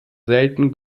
selten